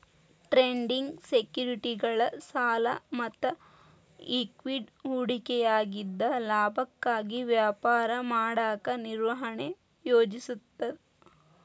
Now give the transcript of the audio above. trading ಸೆಕ್ಯುರಿಟಿಗಳ ಸಾಲ ಮತ್ತ ಇಕ್ವಿಟಿ ಹೂಡಿಕೆಯಾಗಿದ್ದ ಲಾಭಕ್ಕಾಗಿ ವ್ಯಾಪಾರ ಮಾಡಕ ನಿರ್ವಹಣೆ ಯೋಜಿಸುತ್ತ